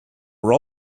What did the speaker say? were